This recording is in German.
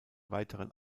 weiteren